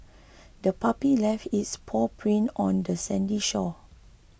the puppy left its paw prints on the sandy shore